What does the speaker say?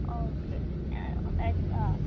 okay at